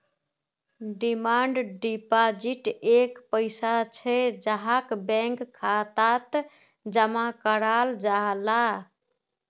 demand deposit एक पैसा छे जहाक बैंक खातात जमा कराल जाहा